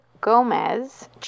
Gomez